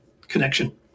connection